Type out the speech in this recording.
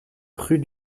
rue